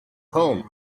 home